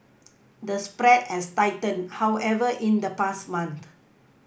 the spread has tightened however in the past month